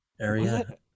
area